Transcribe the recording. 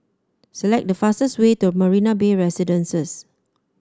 select the fastest way to Marina Bay Residences